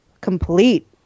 complete